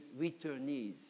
returnees